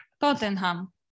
Tottenham